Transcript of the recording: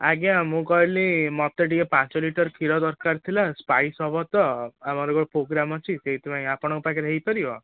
ଆଜ୍ଞା ମୁଁ କହିଲି ମୋତେ ଟିକେ ପାଞ୍ଚ ଲିଟର କ୍ଷୀର ଦରକାର ଥିଲା ସ୍ପାଇସ୍ ହେବ ତ ଆମର ଗୋଟେ ପ୍ରୋଗ୍ରାମ ଅଛି ସେଥିପାଇଁ ଆପଣଙ୍କ ପାଖରେ ହେଇପାରିବ